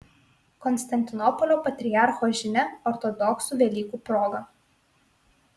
konstantinopolio patriarcho žinia ortodoksų velykų proga